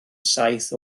saith